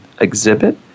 exhibit